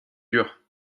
durs